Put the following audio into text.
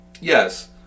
Yes